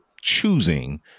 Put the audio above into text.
choosing